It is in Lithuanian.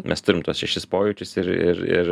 mes turim tuos šešis pojūčius ir